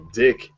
dick